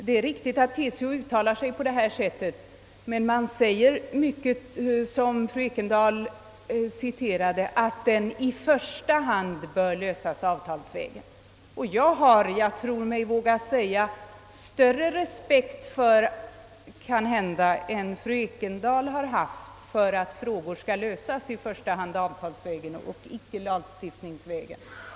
Det är riktigt att TCO uttalat sig på det sätt som fru Ekendahl citerade, men TCO säger, att frågan i första hand bör lösas avtalsvägen. Jag har också, det tror jag mig våga påstå, kanhända större respekt än fru Ekendahl har haft för att frågor skall lösas i första hand avtalsvägen och icke lagstiftningsvägen.